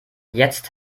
jetzt